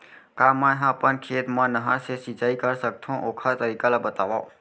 का मै ह अपन खेत मा नहर से सिंचाई कर सकथो, ओखर तरीका ला बतावव?